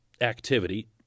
activity